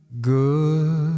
Good